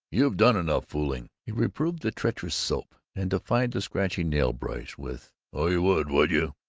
you've done enough fooling! he reproved the treacherous soap, and defied the scratchy nail-brush with oh, you would, would you!